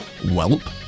Welp